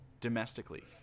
domestically